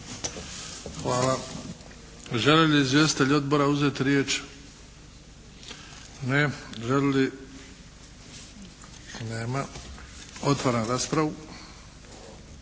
Hvala. Žele li izvjestitelji odbora uzeti riječ? Ne. Žele li? Nema. Otvaram raspravu.